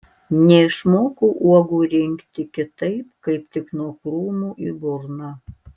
neišmokau uogų rinkti kitaip kaip tik nuo krūmų į burną